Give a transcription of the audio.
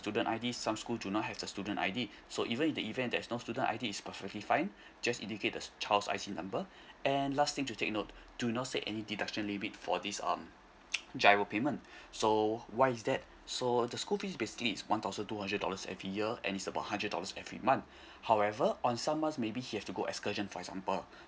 student I_D some school do not have the student I_D so even in the event there's no student I_D is perfectly fine just indicate the child's I_C number and last thing to take note do not state any deduction debit for this um G_I_R_O payment so why is that so the school fee is basically is one thousand two hundred dollars every year and is about hundred dollars every month however on someone's maybe he has to go excursion for example